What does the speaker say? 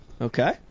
Okay